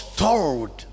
told